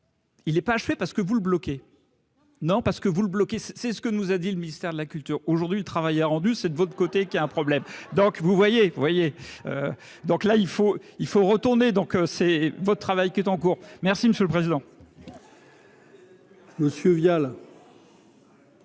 Il est pas achevé parce que vous le bloquer non parce que vous le bloquer, c'est ce que nous a dit : le ministère de la culture aujourd'hui le travail a rendu c'est de votre côté, qui a un problème, donc vous voyez, vous voyez, donc là il faut il faut retourner, donc c'est votre travail, qui est en cours, merci monsieur le président.